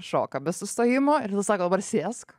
šoka be sustojimo ir tada sako dabar sėsk